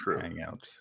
hangout